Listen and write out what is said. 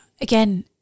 again